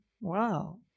wow